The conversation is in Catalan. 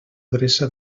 adreça